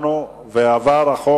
החוק